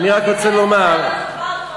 אני רק רוצה לומר, כאשר,